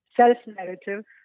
self-narrative